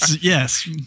Yes